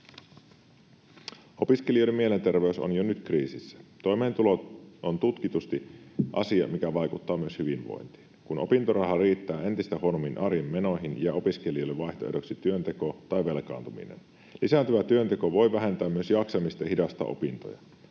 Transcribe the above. Opiskelijoiden mielenterveys on jo nyt kriisissä. Toimeentulo on tutkitusti asia, mikä vaikuttaa myös hyvinvointiin. Kun opintoraha riittää entistä huonommin arjen menoihin, jää opiskelijoille vaihtoehdoksi työnteko tai velkaantuminen. Lisääntyvä työnteko voi vähentää myös jaksamista ja hidastaa opintoja.